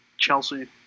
Chelsea